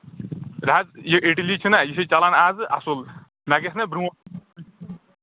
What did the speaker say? نہ حظ یہِ اِٹلی چھُنہ یہِ چھِ چَلَان آز اَصل مےٚ گژھِ نہ برونٛہہ